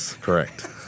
correct